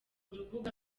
rubuga